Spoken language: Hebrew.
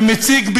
ומציג,